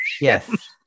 yes